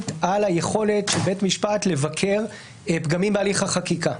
על היכולת של בית משפט לבקר פגמים בהליך החקיקה.